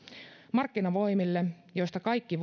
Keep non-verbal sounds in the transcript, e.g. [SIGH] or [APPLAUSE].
markkinavoimille joista kaikki [UNINTELLIGIBLE]